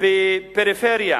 איכותי בפריפריה,